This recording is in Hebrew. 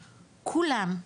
כולם,